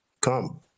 Come